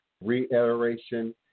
reiteration